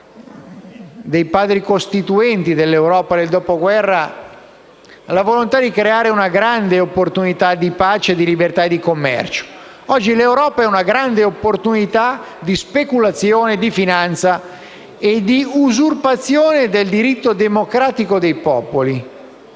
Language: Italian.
dei Padri costituenti del dopoguerra, la volontà di creare una grande opportunità di pace, libertà e commercio. Oggi l'Europa è una grande opportunità di speculazione, di finanza ed usurpazione del diritto democratico dei popoli.